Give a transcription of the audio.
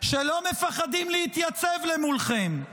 שלא מפחדים להתייצב מולכם,